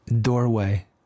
doorway